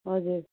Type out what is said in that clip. हजुर